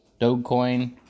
Dogecoin